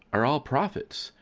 are all prophets?